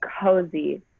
cozy